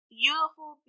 beautiful